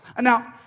now